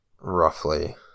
roughly